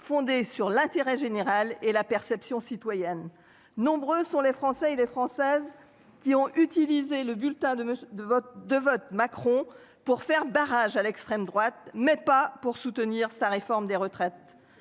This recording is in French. fondée sur l'intérêt général et la perception citoyenne. Nombreux sont les Français et les Françaises qui ont utilisé le bulletin de de votre de vote Macron pour faire barrage à l'extrême droite mais pas pour soutenir sa réforme des retraites.